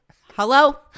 Hello